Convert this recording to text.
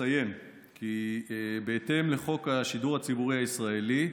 אציין כי בהתאם לחוק השידור הציבורי הישראלי,